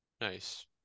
Nice